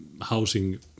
housing